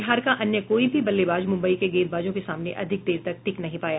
बिहार का अन्य कोई भी बल्लेबाज मुम्बई के गेंदबाजों के सामने अधिक देर तक टिक नहीं पाया